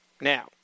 Now